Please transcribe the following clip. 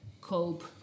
cope